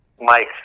Mike